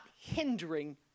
hindering